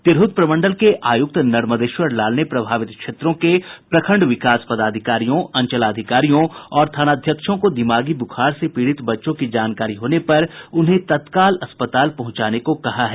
तिरहुत प्रमंडल के आयुक्त नर्मदेश्वर लाल ने प्रभावित क्षेत्रों के प्रखंड विकास पदाधिकारियों अंचल अधिकारियों और थानाध्यक्षों को दिमागी ब्रुखार से पीड़ित बच्चों की जानकारी होने पर उन्हें तत्काल अस्पताल पहुंचाने को कहा है